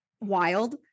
wild